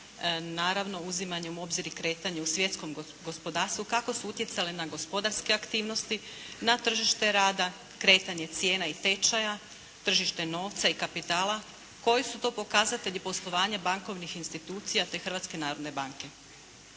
naravno uzimanjem u obzir i kretanje u svjetskom gospodarstvu, kako su utjecale na gospodarske aktivnosti, na tržište rada, kretanje cijena i tečaja, tržište novca i kapitala, koji su to pokazatelji poslovanja bankovnih institucija te Hrvatske narodne banke.